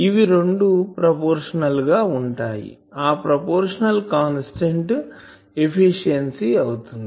ఇవి రెండు ప్రపోర్షనల్ గా ఉంటాయి ఆ ప్రపోర్షనల్ కాన్స్టాంట్ ఎఫిషియన్సీ అవుతుంది